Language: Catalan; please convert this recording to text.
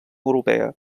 europea